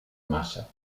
massa